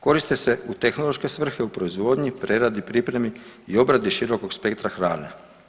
Koriste se u tehnološke svrhe u proizvodnji, preradi, pripremi i obradi širokog spektra hrane.